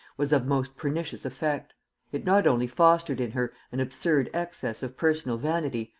was of most pernicious effect it not only fostered in her an absurd excess of personal vanity,